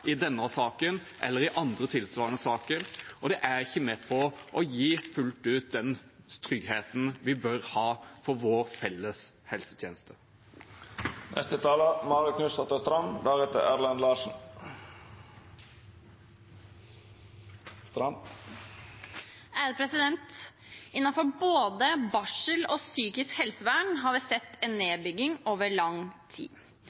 i denne saken eller i andre tilsvarende saker, og det er ikke med på fullt ut å gi den tryggheten vi bør ha for vår felles helsetjeneste. Innenfor både barselomsorg og psykisk helsevern har vi sett en nedbygging over lang tid.